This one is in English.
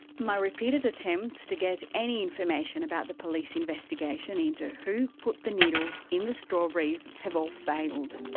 my repeated attempts to get any information about the police investigation into who put the needles in the strawberries have all failed.